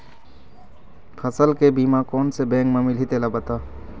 फसल के बीमा कोन से बैंक म मिलही तेला बता?